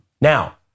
Now